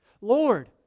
Lord